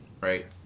right